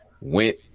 went